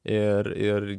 ir ir